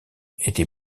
était